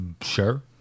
Sure